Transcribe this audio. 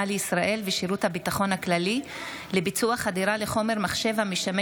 לישראל ושירות הביטחון הכללי לביצוע חדירה לחומר מחשב המשמש